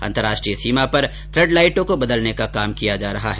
अंतर्राष्ट्रीय सीमा पर फ्लड लाईटों को बदलने का काम किया जा रहा है